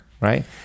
right